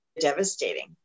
devastating